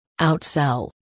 outsell